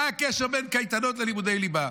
מה הקשר בין קייטנות ללימודי ליבה?